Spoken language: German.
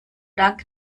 dank